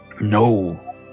No